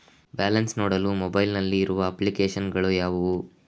Balance ನೋಡಲು mobile ನಲ್ಲಿ ಇರುವ ಅಪ್ಲಿಕೇಶನ್ ಗಳು ಯಾವುವು?